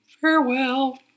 Farewell